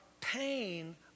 pain